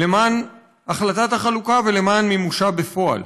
למען החלטת החלוקה ולמען מימושה בפועל.